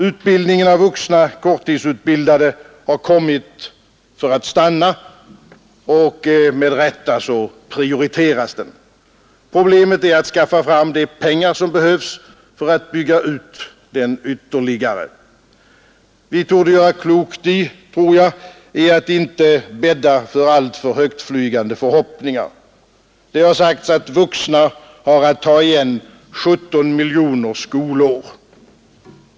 Utbildningen av vuxna korttidsutbildade har kommit för att stanna, och med rätta prioriteras den. Problemet är att skaffa fram de pengar som behövs för att bygga ut den ytterligare. Jag tror att vi gör klokt i att inte bädda för alltför högtflygande förhoppningar. Det har sagts att vuxna har att ta igen 17 miljoner skolår.